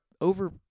over